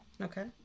Okay